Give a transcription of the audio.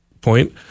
point